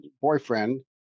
boyfriend